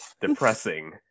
depressing